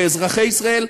לאזרחי ישראל,